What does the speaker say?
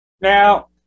Now